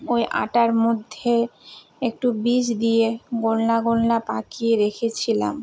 ওই আটার মধ্যে একটু বিষ দিয়ে গোল্লা গোল্লা পাকিয়ে রেখেছিলাম